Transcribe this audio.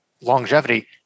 longevity